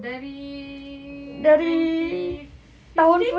dari twenty fifteen